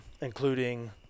including